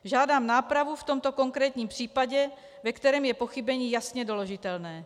Žádám nápravu v tomto konkrétním případě, ve kterém je pochybení jasně doložitelné.